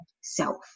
self